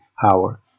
power